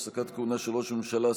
הפסקת כהונה של ראש הממשלה,